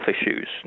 issues